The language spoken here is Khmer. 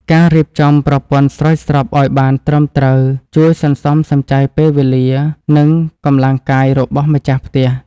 ការរៀបចំប្រព័ន្ធស្រោចស្រពឱ្យបានត្រឹមត្រូវជួយសន្សំសំចៃពេលវេលា និងកម្លាំងកាយរបស់ម្ចាស់ផ្ទះ។